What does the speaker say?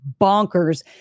bonkers